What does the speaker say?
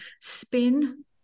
spin